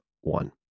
one